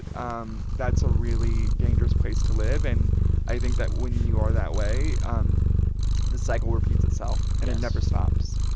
um that's a really dangerous place to live. and i think that when you are that way, um the cycle repeats itself, and it never stops